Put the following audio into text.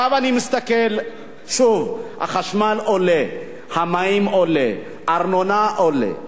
עכשיו אני מסתכל שוב: החשמל, עולה, המים, עולה,